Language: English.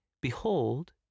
behold